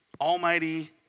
almighty